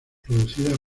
producida